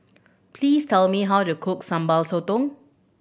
please tell me how to cook Sambal Sotong